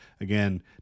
Again